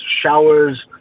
showers